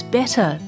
better